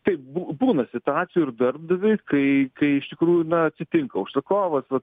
taip būna situacijų ir darbdaviui kai kai iš tikrųjų na atsitinka užsakovas vat